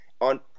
On